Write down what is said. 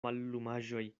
mallumaĵoj